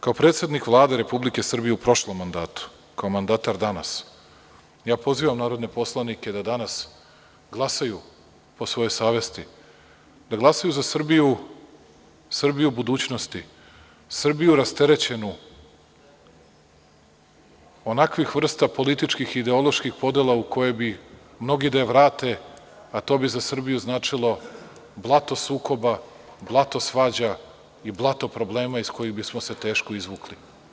Kao predsednik Vlade Republike Srbije u prošlom mandatu, kao mandatar danas, ja pozivam narodne poslanike da danas glasaju po svojoj savesti, da glasaju za Srbiju, Srbiju budućnosti, Srbiju rasterećenu onakvih vrsta političkih, ideoloških podela u koje bi mnogi da je vrate, a to bi za Srbiju značilo blato sukoba, blato svađa i blato problema iz kojih bismo se teško izvukli.